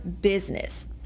business